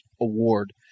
award